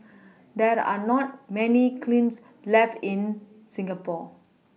there are not many kilns left in Singapore